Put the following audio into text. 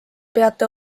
peate